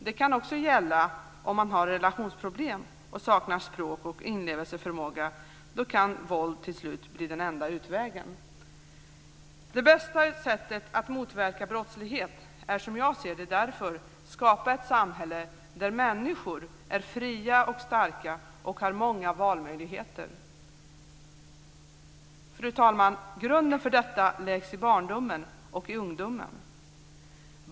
Det kan också gälla om man har relationsproblem och saknar språk och inlevelseförmåga. Då kan våld till slut bli den enda utvägen. Det bästa sättet att motverka brottslighet är som jag ser det därför att skapa ett samhälle där människor är fria och starka och har många valmöjligheter. Grunden för detta, fru talman, läggs i barndomen och ungdomen.